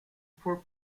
poor